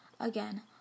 Again